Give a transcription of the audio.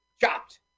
chopped